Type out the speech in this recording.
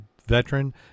veteran